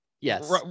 Yes